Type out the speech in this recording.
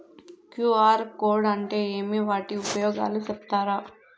QR code అంటే ఏమి వాటి ఉపయోగాలు సెప్తారా?